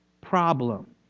problem